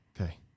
okay